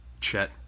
Chet